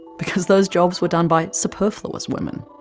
because those jobs were done by superfluous women.